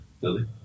Billy